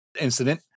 incident